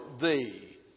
thee